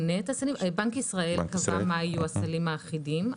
בנק ישראל קבע מה יהיו הסלים האחידים.